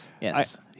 Yes